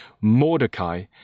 Mordecai